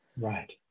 right